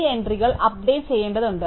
ഈ എൻട്രികൾ അപ്ഡേറ്റ് ചെയ്യേണ്ടതുണ്ട്